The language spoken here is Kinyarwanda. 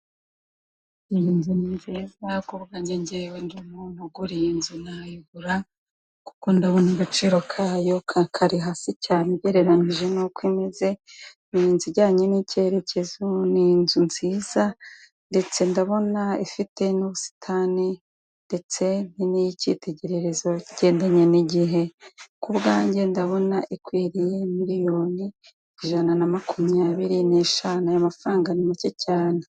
Iyi nzu ni nziza kubwanjye njyewe ndi umuntu ugura inzu nayigura kuko ndabona agaciro kayo kari hasi cyane ugereranije n'uko imeze. Iyi inzu ijyanye n'icyerekezo ni inzu nziza ndetse ndabona ifite n'ubusitani ndetse ni ikitegererezo kigendanye n'igihe. Kubwanjye ndabona ikwiriye miliyoni ijana na makumyabiri n'eshanu y' amafaranga. Ayo mafaranga ni make cyane.